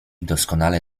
doskonale